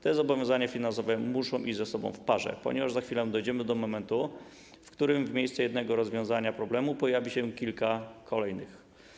Te zobowiązania finansowe muszą iść ze sobą w parze, ponieważ za chwilę dojdziemy do momentu, w którym w miejsce jednego rozwiązanego problemu pojawi się kilka kolejnych.